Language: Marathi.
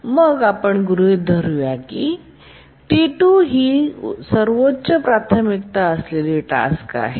तर मग आपण गृहित धरू की T2 ही सर्वोच्च प्राथमिकता टास्क आहे